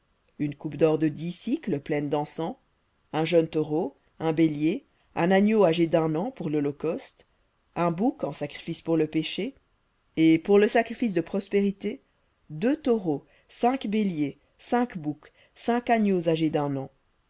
une coupe d'or de dix pleine dencens un jeune taureau un bélier un agneau âgé d'un an pour lholocauste un bouc en sacrifice pour le péché et pour le sacrifice de prospérités deux taureaux cinq béliers cinq boucs cinq agneaux âgés d'un an